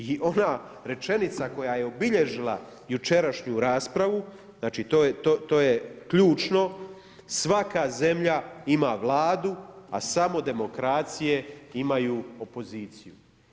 I ona rečenica koja je obilježila jučerašnju raspravu, to je ključno, svaka zemlja ima vladu, a samo demokracije imaju opoziciju.